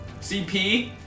CP